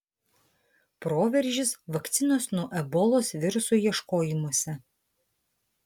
proveržis vakcinos nuo ebolos viruso ieškojimuose